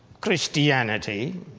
Christianity